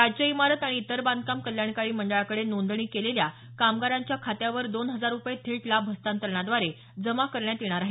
राज्य इमारत आणि इतर बांधकाम कल्याणकारी मंडळाकडे नोंदणी केलेल्या कामगारांच्या खात्यावर दोन हजार रूपये थेट लाभ हस्तांतरणाद्वारे जमा करण्यात येणार आहेत